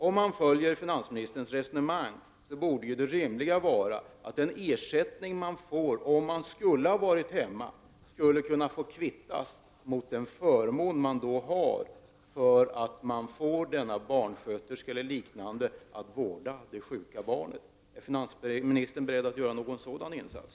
Om man följer finansministerns resonemang borde det rimliga vara att den ersättning som den anställde får om han eller hon skulle ha varit hemma skulle kunna få kvittas mot den förmån han eller hon då har för att få denna barnsköterska eller liknande att vårda det sjuka barnet. Är finansministern beredd att göra någon sådan insats?